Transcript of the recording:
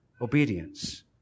Obedience